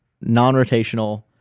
non-rotational